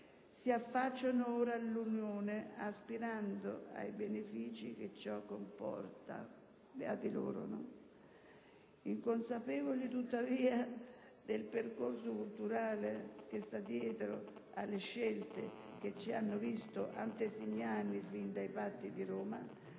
si affacciano ora nell'Unione, aspirando ai benefici che ciò comporta, inconsapevoli tuttavia del percorso culturale che sta dietro alle scelte che ci hanno visto antesignani fin dai Trattati di Roma.